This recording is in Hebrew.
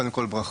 קודם כל ברכות,